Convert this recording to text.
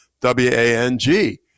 W-A-N-G